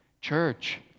Church